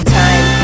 time